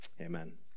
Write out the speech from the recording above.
Amen